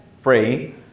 free